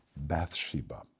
Bathsheba